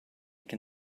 can